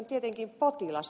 tietenkin potilas